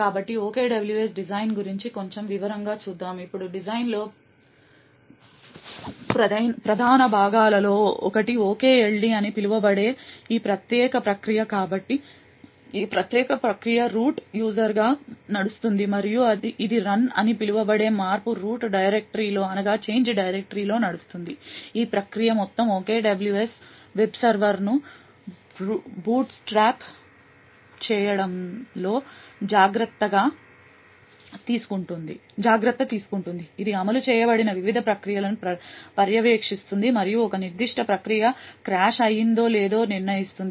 కాబట్టి OKWS design గురించి కొంచెం వివరంగా చూద్దాం ఇప్పుడు డిజైన్లోని ప్రధాన భాగాలలో ఒకటి OKLD అని పిలువబడే ఈ ప్రత్యేక ప్రక్రియ కాబట్టి ఈ ప్రత్యేక ప్రక్రియ రూట్ యూజర్గా నడుస్తుంది మరియు ఇది రన్ అని పిలువబడే మార్పు రూట్ డైరెక్టరీలో నడుస్తుంది ఈ ప్రత్యేక ప్రక్రియ మొత్తం OKWS వెబ్ సర్వర్ను బూట్స్ట్రాప్ చేయడంలో జాగ్రత్త తీసుకుంటుంది ఇది అమలు చేయబడిన వివిధ ప్రక్రియలను పర్యవేక్షిస్తుంది మరియు ఒక నిర్దిష్ట ప్రక్రియ క్రాష్ అయిందో లేదో నిర్ణయిస్తుంది